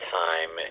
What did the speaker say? time